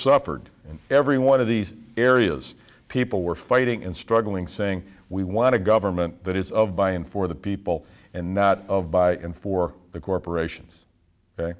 suffered in every one of these areas people were fighting and struggling saying we want a government that is of by and for the people and not of by and for the corporations ok